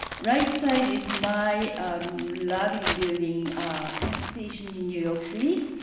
right side is my loving building penn station in new york city.